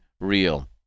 real